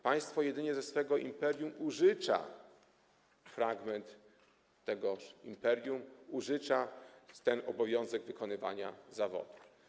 Państwo jedynie ze swego imperium użycza fragment tegoż imperium, jeśli chodzi o ten obowiązek wykonywania zawodu.